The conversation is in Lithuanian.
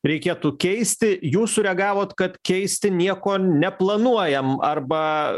reikėtų keisti jūsų reagavot kad keisti nieko neplanuojam arba